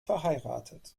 verheiratet